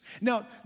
Now